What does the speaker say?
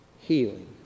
healing